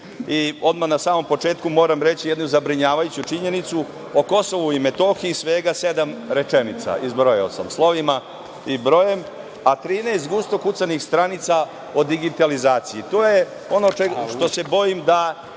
Odmah na samom početku moram reći jednu zabrinjavajuću činjenicu, o Kosovu i Metohiji ima svega sedam rečenica, izbrojao sam slovima i brojem, a 13 gusto kucanih stranica o digitalizaciji. To je ono što se bojim da